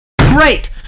Great